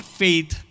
faith